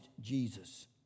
Jesus